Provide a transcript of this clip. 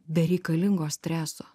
bereikalingo streso